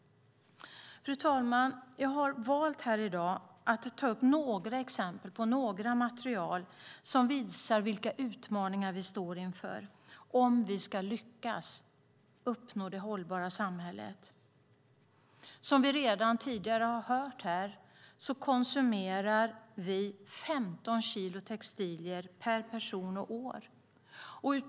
Fru talman! Jag har valt att i dag ta upp några exempel på material som visar vilka utmaningar vi står inför om vi ska lyckas uppnå det hållbara samhället. Som vi redan tidigare hört här konsumerar vi 15 kilo textilier per person och år.